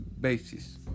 basis